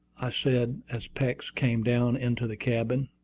i said, as peeks came down into the cabin.